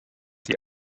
die